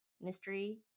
mystery